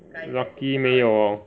lucky me orh